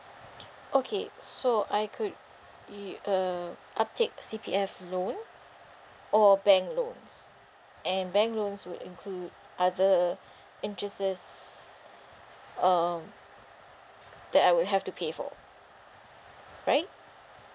okay so I could u~ uh uptake C_P_F loan or bank loans and bank loans would include other interests um that I would have to pay for right